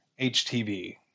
HTV